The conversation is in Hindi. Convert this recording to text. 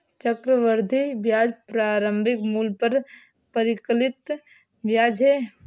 चक्रवृद्धि ब्याज प्रारंभिक मूलधन पर परिकलित ब्याज है